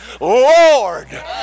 Lord